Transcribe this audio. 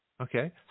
Okay